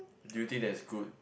do you think that is good